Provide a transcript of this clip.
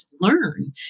learn